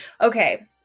Okay